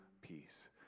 peace